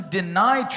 deny